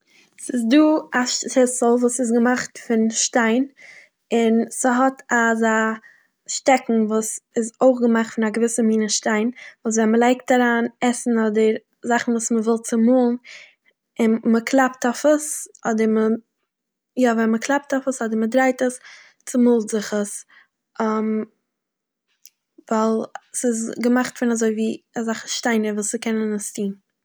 ס'איז דא א ש- שיסל וואס איז געמאכט פון שטיין און ס'האט אזא שטעקן וואס איז אויך געמאכט פון א געוויסע מינע שטיין, וואס ווען מ'לייגט אריין עסן אדער זאכן וואס מ'וויל צומאלן און מ'קלאפט אויף עס אדער מ'- יא ווען מיקלאפט אויף עס אדער מ'דרייט עס צומאלט זיך עס ווייל ס'איז געמאכט פון אזויווי אזעלכע שטיינער וואס ס'קענען עס טוהן.